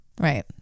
Right